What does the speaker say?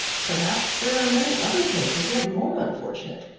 perhaps there are many other princes yet more unfortunate.